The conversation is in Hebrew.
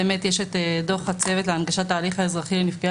יש דוח הצוות להנגשת תהליך אזרחי לנפגעי